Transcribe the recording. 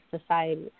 society